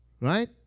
Right